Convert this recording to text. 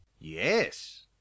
Yes